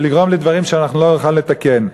ולגרום לדברים שאנחנו לא נוכל לתקן.